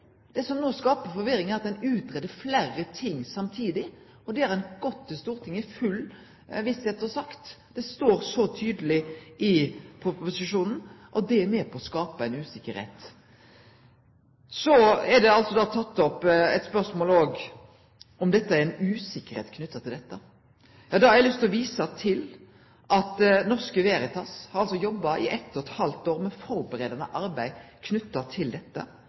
Det som no skaper forvirring, er at ein utgreier fleire ting samtidig, og det har ein gått til Stortinget og sagt i full visse. Det står så tydeleg i proposisjonen, og det er med på å skape ei uvisse. Så har ein teke opp spørsmålet om det er ei uvisse knytt til dette. Da har eg lyst til å vise til at Det Norske Veritas har jobba i eit og eit halvt år med førebuande arbeid knytt til dette.